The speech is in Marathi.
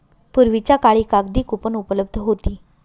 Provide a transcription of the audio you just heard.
पूर्वीच्या काळी कागदी कूपन उपलब्ध होती